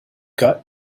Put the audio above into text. got